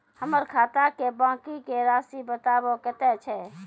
हमर खाता के बाँकी के रासि बताबो कतेय छै?